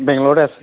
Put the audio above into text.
বেংগালুৰুতে আছে